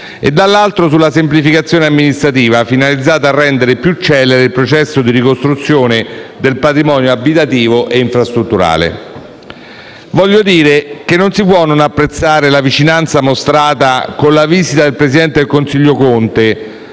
- dall'altro lato - sulla semplificazione amministrativa, finalizzata a rendere più celere il processo di ricostruzione del patrimonio abitativo e infrastrutturale. Voglio dire che non si può non apprezzare la vicinanza, mostrata con la visita del presidente del Consiglio Conte,